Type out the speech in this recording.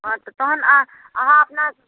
हँ तऽ तखन अहाँ अहाँ अपना